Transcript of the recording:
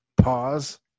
pause